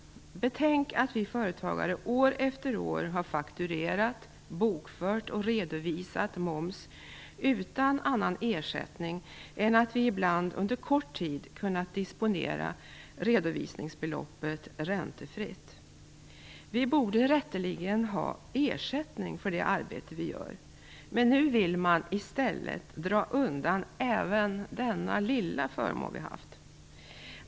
Betänk att vi företagare år efter år har fakturerat, bokfört och redovisat moms utan annan ersättning än att vi ibland under kort tid kunnat disponera redovisningsbeloppet räntefritt. Vi borde rätteligen ha ersättning för det arbete vi gör, men nu vill man i stället dra undan även denna lilla förmån vi haft.